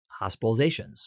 hospitalizations